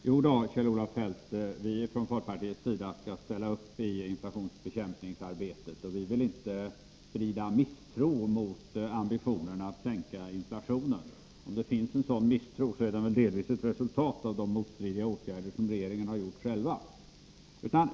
Herr talman! Jodå, Kjell-Olof Feldt, från folkpartiets sida skall vi ställa upp i inflationsbekämpningsarbetet. Vi vill inte sprida misstro mot ambitionerna att sänka inflationen. Om det finns en sådan misstro är den väl delvis ett resultat av de motstridiga åtgärder regeringen själv vidtagit.